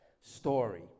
story